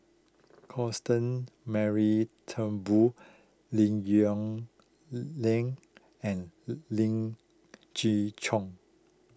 Constant Mary Turnbull Lim Yong Ling and Ling Gee Choon